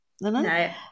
No